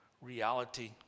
reality